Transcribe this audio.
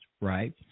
right